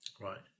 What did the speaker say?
Right